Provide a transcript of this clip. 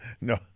No